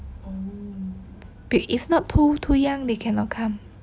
if if not too too young they cannot come